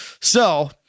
So-